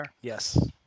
Yes